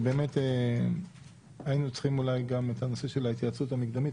שבאמת היינו צריכים אולי גם את הנושא של ההתייעצות המדגמית.